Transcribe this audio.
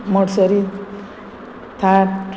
Mercedes Thar